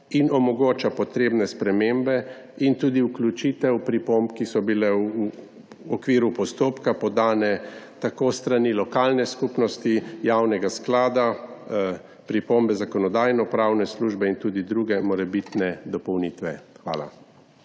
in omogoča potrebne spremembe in tudi vključitev pripomb, ki so bile v okviru postopka podane tako s strani lokalne skupnosti, javnega sklada, pripombe Zakonodajno-pravne službe in tudi druge morebitne dopolnitve. Hvala.